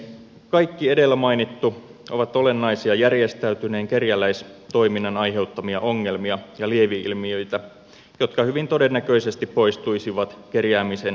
kaikki edellä mainitut ovat olennaisia järjestäytyneen kerjäläistoiminnan aiheuttamia ongelmia ja lieveilmiöitä jotka hyvin todennäköisesti poistuisivat kerjäämisen kriminalisoimisen myötä